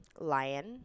Lion